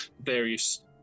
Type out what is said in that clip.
various